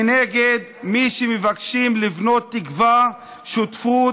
מנגד, מי שמבקשים לבנות תקווה, שותפות,